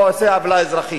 או עושה עוולה אזרחית.